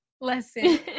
lesson